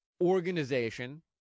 organization